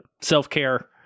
self-care